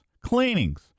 cleanings